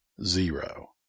zero